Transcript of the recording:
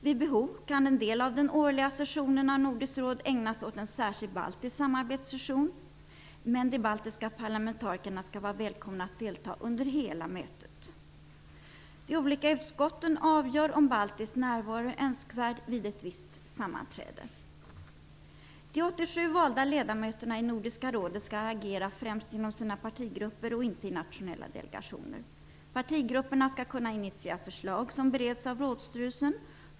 Vid behov kan en del av den årliga sessionen av Nordiska rådet ägnas åt en särskild baltisk samarbetssession - men de baltiska parlamentarikerna skall vara välkomna att delta under hela mötet. De olika utskotten avgör om baltisk närvaro är önskvärd vid ett visst sammanträde. De 87 valda ledamöterna i Nordiska rådet skall agera främst inom sina partigrupper och inte i nationella delegationer. Partigrupperna skall kunna initiera förslag som bereds av rådsstyrelsen.